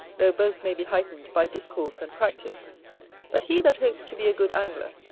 though both may be heightened by discourse and practice but he that hopes to be a good angler,